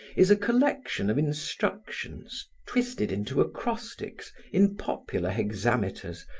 is a collection of instructions, twisted into acrostics, in popular hexameters,